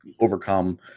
overcome